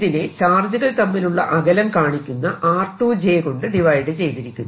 ഇതിനെ ചാർജുകൾ തമ്മിലുള്ള അകലം കാണിക്കുന്ന r 2 j കൊണ്ട് ഡിവൈഡ് ചെയ്തിരിക്കുന്നു